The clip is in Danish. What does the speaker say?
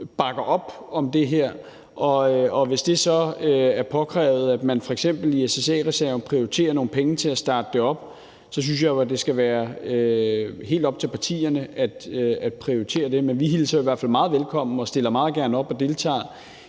bakker op om det her. Og hvis det så er påkrævet, at man f.eks. i SSA-reserven prioriterer nogle penge til at starte det op, så synes jeg jo, at det skal være helt op til partierne at prioritere det. Men vi hilser det i hvert fald meget velkommen og stiller meget gerne op og deltager